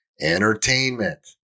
entertainment